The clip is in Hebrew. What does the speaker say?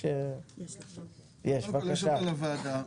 שכל כך חשוב לחזור עליו זה להסתכל,